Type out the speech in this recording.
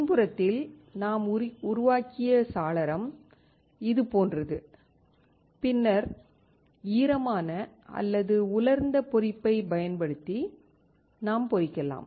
பின்புறத்தில் நாம் உருவாக்கிய சாளரம் இது போன்றது பின்னர் ஈரமான அல்லது உலர்ந்த பொறிப்பைப் பயன்படுத்தி நாம் பொறிக்கலாம்